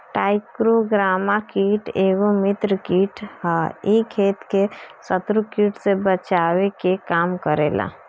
trichogramma कीट एगो मित्र कीट ह इ खेत के शत्रु कीट से बचावे के काम करेला